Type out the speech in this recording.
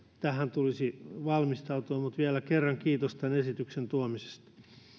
tähän tulisi valmistautua mutta vielä kerran kiitos tämän esityksen tuomisesta